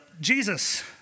Jesus